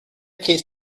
cest